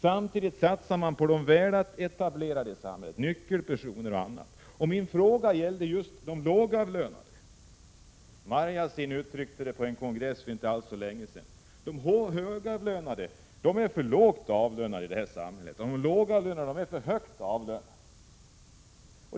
Samtidigt satsar man på de väletablerade i samhället, nyckelpersonerna och annat. Men min fråga gällde just de lågavlönade. Marjasin uttryckte det på en kongress för inte alltför länge sedan så här: De högavlönade är för lågt avlönade i det här samhället, och de lågavlönade är för högt avlönade.